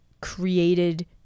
created